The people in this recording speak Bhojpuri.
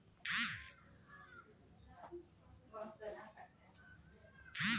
सबसॉइल उपकरण से ढेर कड़ेर माटी जोतल जाला